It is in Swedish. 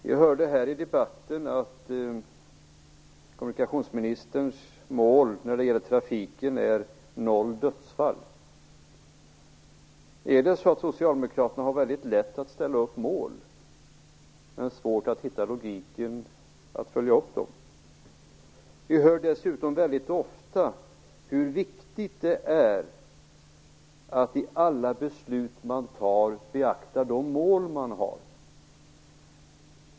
Vi hörde här i debatten att kommunikationsministerns mål när det gäller trafiken är noll dödsfall. Är det så att socialdemokraterna har väldigt lätt att ställa upp mål, men svårt att hitta logiken för att följa upp dem? Vi hör dessutom väldigt ofta hur viktigt det är att i alla beslut man tar beakta de mål man har.